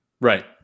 Right